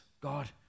God